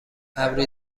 ابری